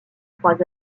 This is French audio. trois